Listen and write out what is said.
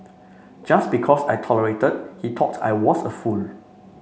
just because I tolerated he thought I was a fool